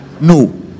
No